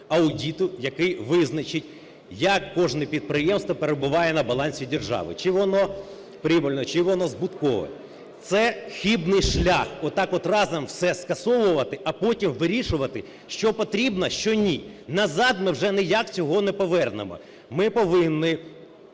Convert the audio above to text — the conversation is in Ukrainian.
аудиту, який визначить, як кожне підприємство перебуває на балансі держави, чи воно прибильне, чи воно збуткове. Це хибний шлях отак от разом все скасовувати, а потім вирішувати, що потрібно, що ні. Назад ми вже ніяк цього не повернемо. Ми повинні